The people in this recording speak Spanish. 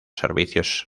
servicios